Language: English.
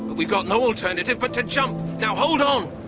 we got no alternative but to jump! now hold on!